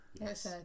Yes